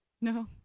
No